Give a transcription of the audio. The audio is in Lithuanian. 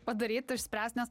padaryt išspręst nes